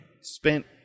spent